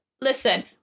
listen